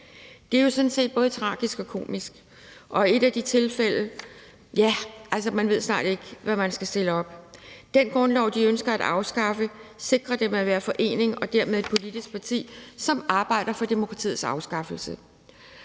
Det er jo sådan set både tragisk og komisk, og man ved snart ikke, hvad man skal stille op. Den grundlov, de ønsker at afskaffe, sikrer dem at være en forening og dermed et politisk parti, som arbejder for demokratiets afskaffelse.